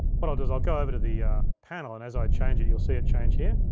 what i'll do is i'll go over to the panel, and as i change it, you'll see it change here.